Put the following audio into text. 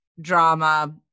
drama